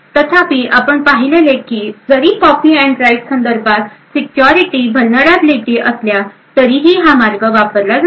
तथापि आपण पाहिलेले की जरी कॉपी अँड राईट संदर्भात सिक्युरिटी व्हॅलनरॅबिलीटी असल्या तरीही हा मार्ग वापरला जायचा